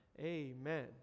Amen